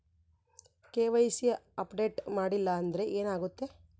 KYC update ಮಾಡಿಲ್ಲ ಅಂದ್ರೆ ಏನಾಗುತ್ತೆ?